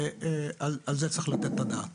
ועל זה צריך לתת את הדעת.